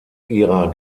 ihrer